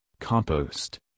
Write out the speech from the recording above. compost